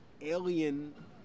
alien